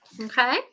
Okay